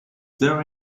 there